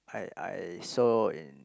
I I saw in